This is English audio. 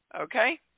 Okay